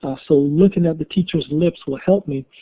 ah so looking at the teacher's lips will help me.